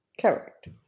Correct